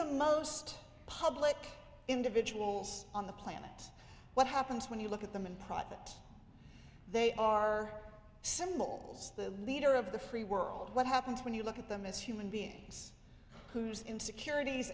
the most public individuals on the planet what happens when you look at them in private they are symbols the leader of the free world what happens when you look at them as human beings whose insecurities